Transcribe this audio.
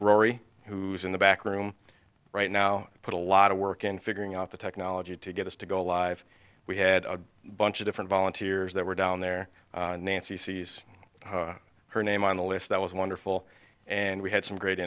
rory who's in the back room right now put a lot of work in figuring out the technology to get us to go live we had a bunch of different volunteers that were down there nancy sees her name on the list that was wonderful and we had some great